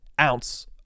ounce